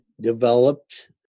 developed